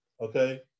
Okay